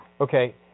Okay